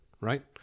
right